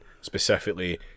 specifically